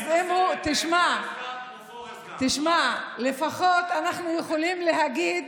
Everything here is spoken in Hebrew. תשמע, לפחות אנחנו יכולים להגיד